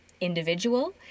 individual